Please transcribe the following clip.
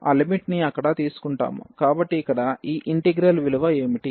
కాబట్టి ఇక్కడ ఈ ఇంటిగ్రల్ విలువ ఏమిటి